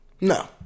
No